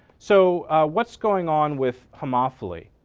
so what's going on with homophily?